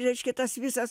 reiškia tas visas